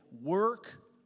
work